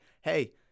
hey